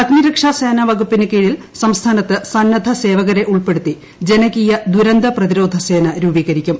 അഗ്നിരക്ഷാ സേവനവകുപ്പിന് കീഴിൽ സംസ്ഥാനത്ത് സന്നിദ്ധ് സേവകരെ ഉൾപ്പെടുത്തി ജനകീയ ദുരന്ത പ്രതിരോധസേന രൂപീകരിക്കും